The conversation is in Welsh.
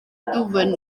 ddwfn